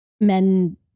men